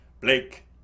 Blake